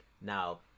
Now